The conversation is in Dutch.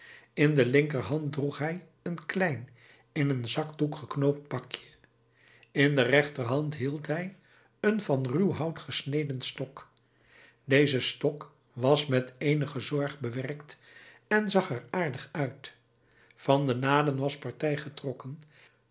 in de linkerhand droeg hij een klein in een zakdoek geknoopt pakje in de rechterhand hield hij een van ruw hout gesneden stok deze stok was met eenige zorg bewerkt en zag er aardig uit van de naden was partij getrokken